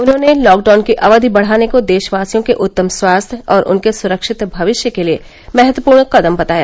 उन्होंने लॉकडाउन की अवधि बढ़ाने को देशवासियों के उत्तम स्वास्थ्य और उनके सुरक्षित भविष्य के लिए महत्वपूर्ण कदम बताया